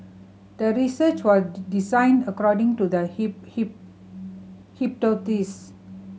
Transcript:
the research was designed according to the